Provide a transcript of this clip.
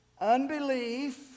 unbelief